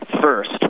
first